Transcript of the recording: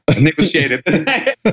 negotiated